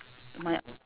my